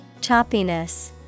Choppiness